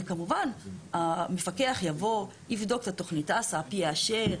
כמובן המפקח יבוא, יבדוק את תוכנית ההס"פ, יאשר.